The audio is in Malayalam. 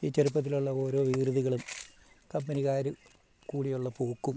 ഈ ചെറുപ്പത്തിലുള്ള ഓരോ വികൃതികള് കമ്പനിക്കാര് കൂടി ഉള്ള പോക്കും